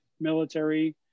military